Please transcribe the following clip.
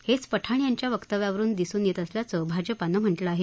हेच पठाण यांच्या वक्तव्यावरुन दिसून येत असल्याचं भाजपानं म्हटलं आहे